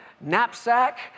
knapsack